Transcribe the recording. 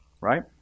right